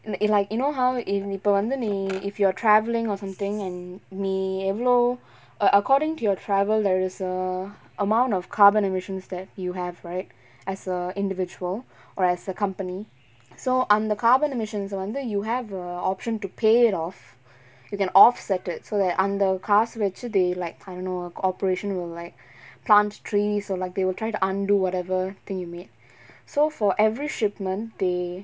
mm like you know how eve இப்ப வந்து நீ:ippa vanthu nee if you're traveling or something and நீ எவளோ:nee evalo err according to your travel there is a amount of carbon emissions that you have right as a individual or as a company so அந்த:antha carbon emissions ah வந்து:vanthu you have a option to pay it off you can off settle so அந்த காசு வச்சு:antha kaasu vachu they like kind of operation will like plant trees or like they will try to undo whatever thing you made so for every shipment they